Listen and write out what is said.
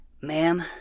Ma'am